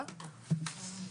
4 נגד,